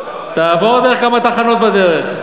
תעבור דרך כמה תחנות בדרך.